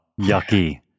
yucky